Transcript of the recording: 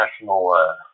national